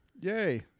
Yay